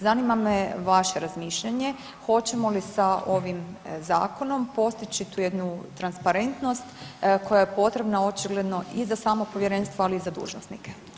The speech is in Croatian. Zanima me vaše razmišljanje hoćemo li sa ovim zakonom postići tu jednu transparentnost koja je potrebno očigledno i za samo povjerenstvo, ali i za dužnosnike.